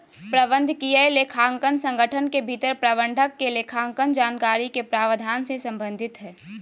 प्रबंधकीय लेखांकन संगठन के भीतर प्रबंधक के लेखांकन जानकारी के प्रावधान से संबंधित हइ